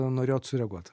norėjot sureaguot